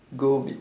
go with